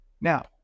now